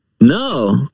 No